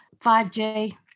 5G